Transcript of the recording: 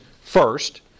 first